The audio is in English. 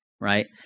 Right